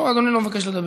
לא, אדוני לא מבקש לדבר.